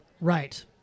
Right